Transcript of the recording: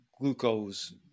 glucose